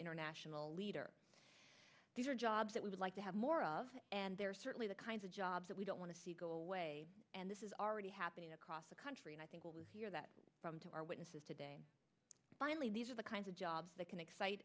international leader these are jobs that we would like to have more of and they're certainly the kinds of jobs that we don't want to see go away and this is already happening across the country and i think that from to our witnesses today finally these are the kinds of jobs that can excite